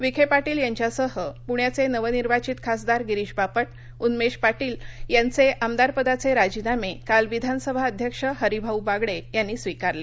विखे पाटील यांच्यासह पुण्याचे नवनिर्वाधित खासदार गिरीश बापट उन्मेष पाटील यांचे आमदारपदाचे राजीनामे काल विधानसभा अध्यक्ष हरिभाऊ बागडे यांनी स्वीकारले